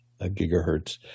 gigahertz